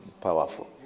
Powerful